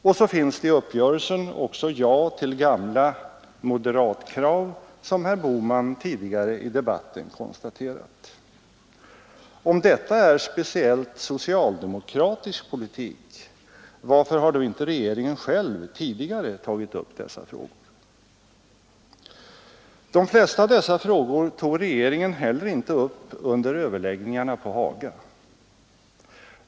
Och så finns det i uppgörelsen också ett ja till gamla moderatkrav, som herr Bohman tidigare i debatten har konstaterat. Om detta är konsekvent socialdemokratisk politik, varför har då inte regeringen själv tidigare tagit upp dessa frågor? De flesta av dessa frågor tog regeringen inte heller upp under överläggningarna på Haga.